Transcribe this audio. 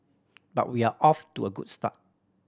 but we're off to a good start